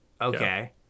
Okay